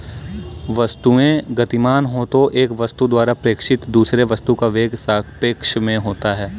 वस्तुएं गतिमान हो तो एक वस्तु द्वारा प्रेक्षित दूसरे वस्तु का वेग सापेक्ष में होता है